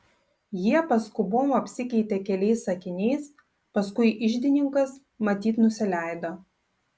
jie paskubom apsikeitė keliais sakiniais paskui iždininkas matyt nusileido